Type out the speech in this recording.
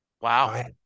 Wow